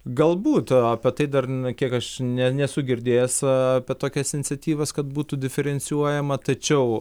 galbūt apie tai dar kiek aš ne nesu girdėjęs apie tokias iniciatyvas kad būtų diferencijuojama tačiau